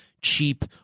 cheap